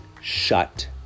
Shut